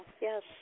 yes